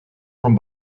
from